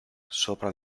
sopra